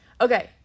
Okay